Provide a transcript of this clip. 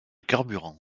carburant